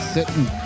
Sitting